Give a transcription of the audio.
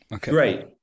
Great